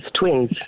twins